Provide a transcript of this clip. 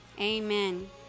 amen